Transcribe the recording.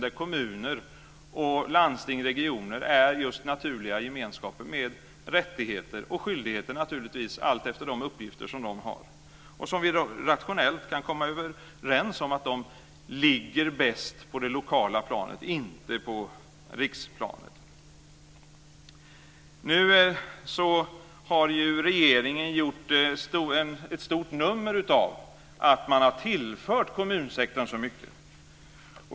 Enligt vår syn är kommuner, landsting och regioner just naturliga gemenskaper med rättigheter och naturligtvis skyldigheter alltefter de uppgifter som de har, och vi kan rationellt komma överens om att de ligger bäst på det lokal planet, inte på riksplanet. Nu har ju regeringen gjort ett stort nummer av att man har tillfört kommunsektorn så mycket.